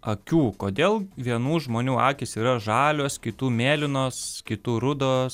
akių kodėl vienų žmonių akys yra žalios kitų mėlynos kitų rudos